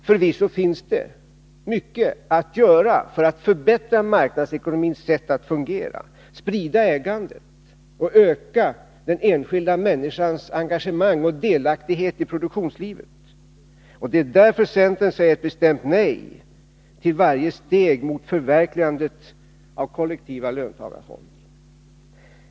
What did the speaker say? Förvisso finns det mycket att göra för att förbättra marknadsekonomins sätt att fungera; sprida ägandet och öka den enskilda människans engagemang och delaktighet i produktionslivet. Det är därför centern säger ett bestämt nej till varje steg mot förverkligandet av kollektiva löntagarfonder.